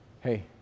Hey